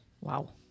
Wow